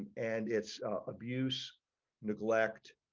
and it's abuse neglect.